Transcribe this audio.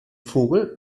vogel